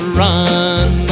run